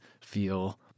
feel